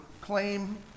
claim